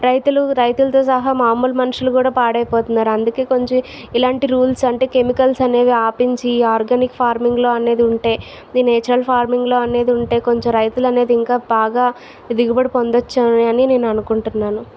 రైతులు రైతులతో సహా మామూలు మనుషులు కూడా పాడైపోతున్నారు అందుకే కొంచెం ఇలాంటి రూల్స్ అంటే కెమికల్స్ అనేవి ఆపించి ఆర్గానిక్ ఫార్మింగ్ లో అనేది ఉంటే ఇది నేచురల్ ఫార్మింగ్ లో అనేది ఉంటే కొంచెం రైతులు అనేది ఇంకా బాగా దిగుబడి పొందచ్చు అని నేను అనుకుంటున్నాను